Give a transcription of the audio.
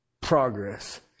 progress